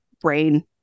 brain